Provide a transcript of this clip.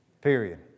Period